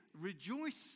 Rejoice